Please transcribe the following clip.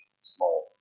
small